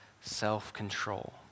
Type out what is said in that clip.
self-control